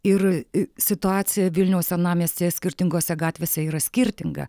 ir situacija vilniaus senamiestyje skirtingose gatvėse yra skirtinga